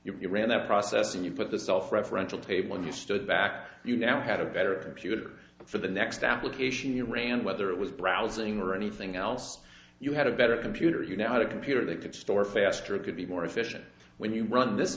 you ran that process and you put the self referential table and you stood back you now had a better computer for the next application you ran whether it was browsing or anything else you had a better computer you know how to computer they could store faster it could be more efficient when you run this